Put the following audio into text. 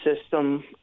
system